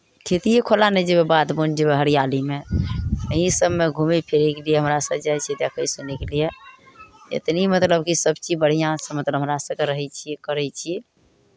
खेतियो कोला ने जेबै बाध वन जेबै हरियालीमे एही सभमे हमरा सभ घूमय फिरयके लिए जाइ छियै देखय सुनयके लिए एतनी मतलब कि सभचीज बढ़िआँसँ मतलब हमरा सभकेँ रहै छियै करै छियै